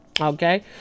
Okay